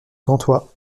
gantois